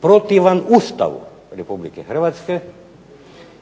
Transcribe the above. protivan Ustavu Republike Hrvatske.